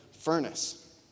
furnace